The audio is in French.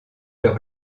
leur